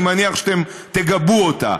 אני מניח שאתם תגבו אותה.